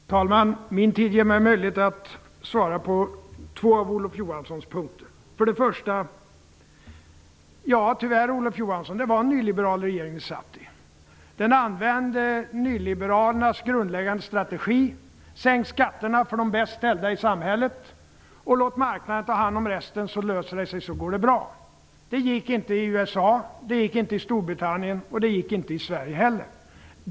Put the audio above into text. Herr talman! Min tid ger mig möjlighet att bemöta två av Olof Johanssons punkter. Tyvärr, Olof Johansson, var det nyliberaler i den regering ni satt i. Den använde nyliberalernas grundläggande strategi: Sänk skatterna för de bäst ställda i samhället och låt marknaden ta hand om resten så löser det sig och går bra. Det gick inte i USA, inte i Storbritannien och inte i Sverige heller.